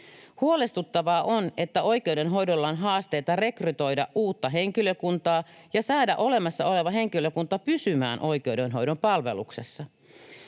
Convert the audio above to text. Huolestuttavaa on, että oikeudenhoidolla on haasteita rekrytoida uutta henkilökuntaa ja saada olemassa oleva henkilökunta pysymään oikeudenhoidon palveluksessa.